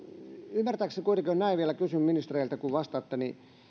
ymmärtääkseni on kuitenkin näin vielä kysyn ministereiltä kun vastaatte